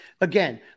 again